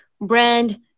brand